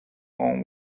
own